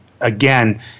again